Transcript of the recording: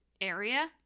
area